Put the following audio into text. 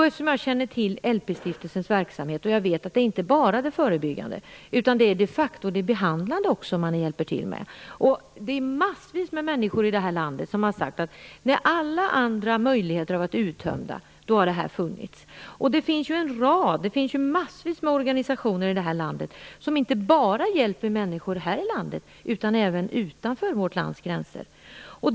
Eftersom jag känner till LP-stiftelsens verksamhet vet jag att det inte bara handlar om förebyggande verksamhet. Man hjälper också till med den behandlande vården. Det finns massor av människor som har sagt att när alla andra möjligheter har varit uttömda har detta funnits. Det finns ju också en rad organisationer i det här landet som inte bara hjälper människor här i landet utan även utanför vårt lands gränser.